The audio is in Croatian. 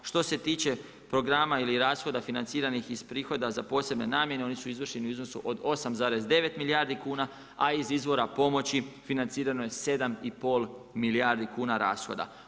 Što se tiče programa ili rashoda financiranih iz prihoda za posebne namjene oni su izvršeni u iznosu od 8,9 milijardi kuna a iz izvora pomoći financirano je 7,5 milijardi kuna rashoda.